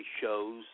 shows